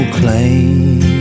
claim